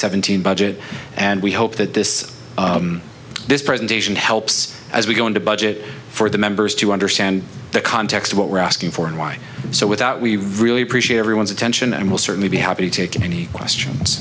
seventeen budget and we hope that this this presentation helps as we go into budget for the members to understand the context of what we're asking for and why so without we really appreciate everyone's attention and we'll certainly be happy to take any questions